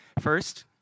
First